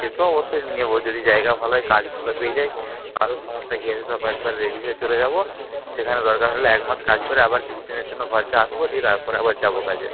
সে তো অবশ্যই নেব যদি জায়গা ভালো হয় কাজ ভালো পেয়ে যাই তাহলে সমস্যা কী আছে সব একেবারে রেডি হয়ে চলে যাব সেখানে দরকার হলে একমাস কাজ করে আবার কিছুদিনের জন্য ঘরকে আসব দিয়ে তারপর আবার যাব কাজে